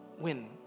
win